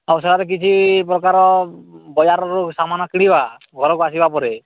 ହଉ ସେଠାରେ କିଛି ପ୍ରକାର ବଜାରରୁ ସାମାନ କିଣିବା ଘରକୁ ଆସିବା ପରେ